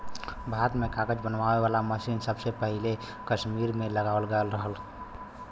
भारत में कागज बनावे वाला मसीन सबसे पहिले कसमीर में लगावल गयल रहल